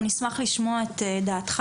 נשמח לשמוע את דעתך